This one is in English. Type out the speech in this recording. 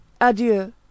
Adieu